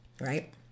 right